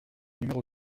numéro